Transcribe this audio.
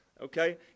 Okay